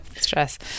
Stress